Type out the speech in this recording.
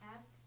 Ask